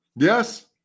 Yes